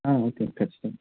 okay ఖచ్చితంగా